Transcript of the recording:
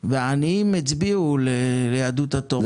והעניים הצביעו ליהדות התורה, לש"ס.